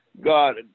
God